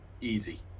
easy